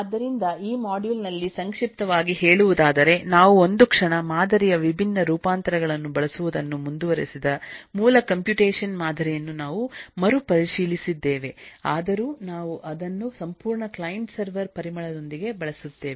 ಆದ್ದರಿಂದಈ ಮಾಡ್ಯೂಲ್ನಲ್ಲಿ ಸಂಕ್ಷಿಪ್ತವಾಗಿ ಹೇಳುವುದಾದರೆ ನಾವು ಒಂದು ಕ್ಷಣ ಮಾದರಿಯ ವಿಭಿನ್ನ ರೂಪಾಂತರಗಳನ್ನು ಬಳಸುವುದನ್ನು ಮುಂದುವರೆಸಿದ ಮೂಲ ಕಂಪ್ಯೂಟೇಶನ್ ಮಾದರಿಯನ್ನು ನಾವು ಮರುಪರಿಶೀಲಿಸಿದ್ದೇವೆ ಆದರೂ ನಾವು ಅದನ್ನು ಸಂಪೂರ್ಣ ಕ್ಲೈಂಟ್ ಸರ್ವರ್ ಪರಿಮಳದೊಂದಿಗೆ ಬಳಸುತ್ತೇವೆ